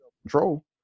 control